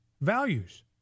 values